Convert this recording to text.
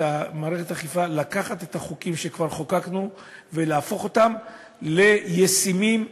לקחת את החוקים שכבר חוקקנו ולהפוך אותם לישימים,